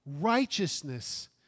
righteousness